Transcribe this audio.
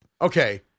okay